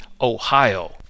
Ohio